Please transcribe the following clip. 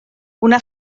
una